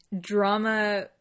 drama